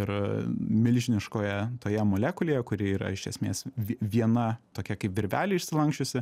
ir milžiniškoje toje molekulėje kuri yra iš esmės vi viena tokia kaip virvelė išsilanksčiusi